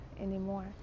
anymore